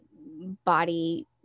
body